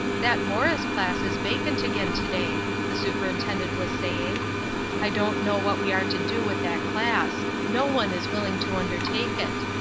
that morris class is vacant again to-day, the superintendent was saying i don't know what we are to do with that class no one is willing to undertake it.